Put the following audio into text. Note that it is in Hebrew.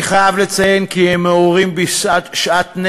אני חייב לציין כי הם מעוררים בי שאט-נפש,